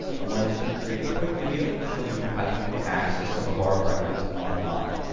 wanted to create a quick video showing you how you can access some of our records online.